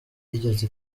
yigeze